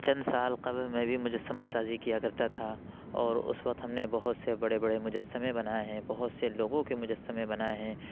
چند سال قبل میں بھی مجسمہ سازی کیا کرتا تھا اور اس وقت ہم نے بہت سے بڑے بڑے مجسمے بنائے ہیں بہت سے لوگوں کے مجسمے بنائے ہیں